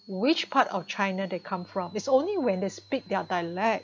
which part of china they come from is only when they speak their dialect